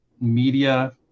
media